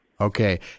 Okay